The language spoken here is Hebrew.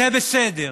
זה בסדר.